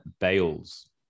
Bales